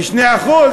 ב-2%,